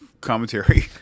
Commentary